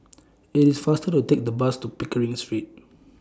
IS IT faster to Take The Bus to Pickering Street